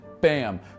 bam